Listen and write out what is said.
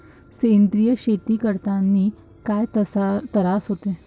सेंद्रिय शेती करतांनी काय तरास होते?